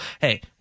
hey